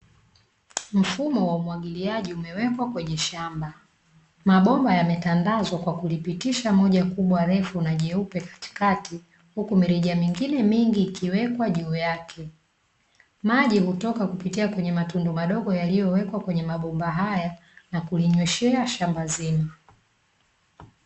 Mfumo wa umwagiliaji umewekwa kwenye shamba, mabomba yametandazwa kwa kulipitisha moja kubwa refu na jeupe katikati, huku mirija mingine mingi ikiwekwa juu yake. Maji hutoka kupitia kwenye matundu madogo yaliyowekwa kwenye mabomba haya na kulinyweshea shamba zima.